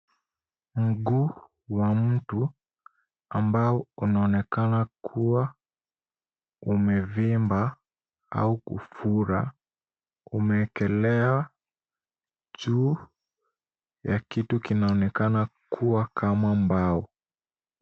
Mguu wa mtu ambao unaonekana kuwa umevimba au kufura, umewekelewa juu ya kitu kinaonekana kuwa kama mbao.